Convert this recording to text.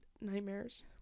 nightmares